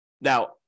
Now